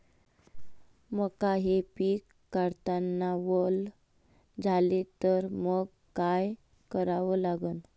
मका हे पिक काढतांना वल झाले तर मंग काय करावं लागन?